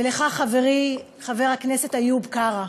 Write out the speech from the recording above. ולך, חברי חבר הכנסת איוב קרא,